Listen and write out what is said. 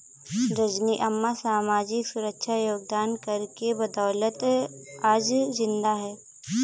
रजनी अम्मा सामाजिक सुरक्षा योगदान कर के बदौलत आज जिंदा है